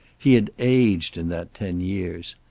he had aged in that ten years.